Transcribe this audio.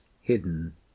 hidden